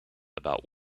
about